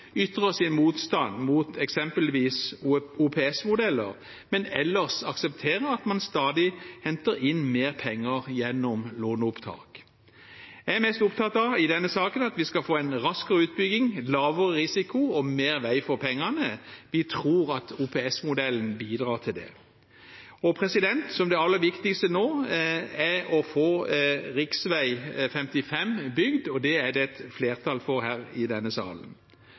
ytrer sin motstand mot eksempelvis OPS-modeller, men ellers aksepterer at man stadig henter inn mer penger gjennom låneopptak. Jeg er mest opptatt av i denne saken at vi skal få en raskere utbygging, lavere risiko og mer vei for pengene. Vi tror at OPS-modellen bidrar til det. Det aller viktigste nå er å få bygd rv. 555, og det er det et flertall for her i denne salen.